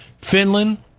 Finland